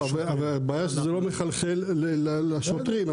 אבל מתברר שזה לא מחלחל לשוטרים.